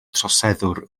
troseddwr